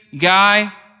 guy